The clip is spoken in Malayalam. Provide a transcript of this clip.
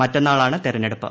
മറ്റന്നാളാണ് തെരഞ്ഞെടുപ്പ്